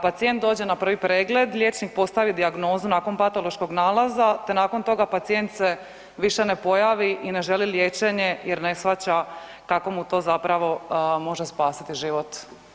Pacijent dođe na prvi pregled, liječnik postavi dijagnozu nakon patološkog nalaza, te nakon toga pacijent se više ne pojavi i ne želi liječenje jer ne shvaća kako mu to zapravo može spasiti život.